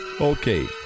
okay